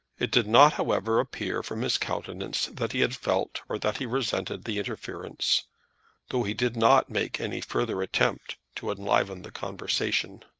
it did not, however, appear from his countenance that he had felt, or that he resented the interference though he did not make any further attempt to enliven the conversation.